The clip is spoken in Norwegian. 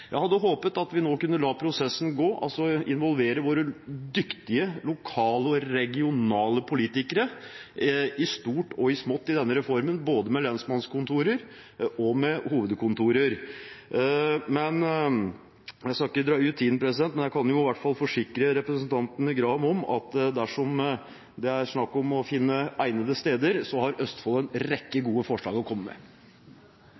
Jeg hadde håpet at vi nå kunne la prosessen gå, og involvere våre dyktige lokale og regionale politikere i stort og i smått i denne reformen, både når det gjelder lensmannskontorer og hovedkontorer. Jeg skal ikke dra ut tiden, men jeg kan iallfall forsikre representanten Graham om at dersom det er snakk om å finne egnede steder, har Østfold en rekke gode forslag å komme med.